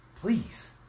Please